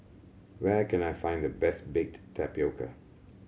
where can I find the best baked tapioca